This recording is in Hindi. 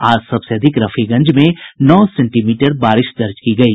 आज सबसे अधिक रफीगंज में नौ सेंटीमीटर बारिश दर्ज की गयी